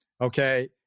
okay